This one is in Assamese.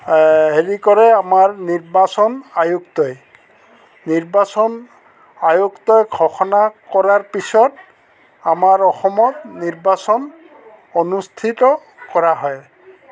হেৰি কৰে আমাৰ নিৰ্বাচন আয়ুক্তই নিৰ্বাচন আয়ুক্তই ঘোষণা কৰাৰ পিছত আমাৰ অসমত নিৰ্বাচন অনুষ্ঠিত কৰা হয়